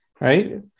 right